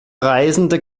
reisende